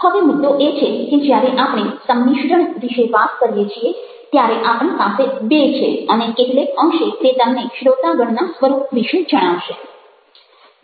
હવે મુદ્દો એ છે કે જ્યારે આપણે સંમિશ્રણ વિશે વાત કરીએ છીએ ત્યારે આપણી પાસે બે છે અને કેટલેક અંશે તે તમને શ્રોતાગણના સ્વરૂપ વિશે જણાવશે